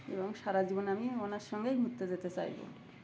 এবং সারা জীবন আমি ওনার সঙ্গেই ঘুরতে যেতে চাইবো